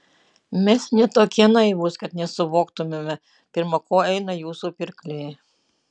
mes ne tokie naivūs kad nesuvoktumėme pirma ko eina jūsų pirkliai